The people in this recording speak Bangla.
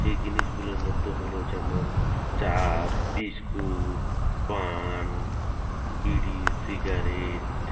সেই জিনিসগুলোর মধ্যে হল যেমন চা বিস্কুট পান বিড়ি সিগারেট